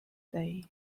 day